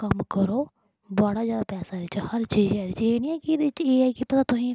कम्म करो बड़ा जैदा पैसा एह्दे च हर चीज ऐ एह्दे च एह् निं ऐ कि एह्दे च एह् ऐ कि भला तुसें गी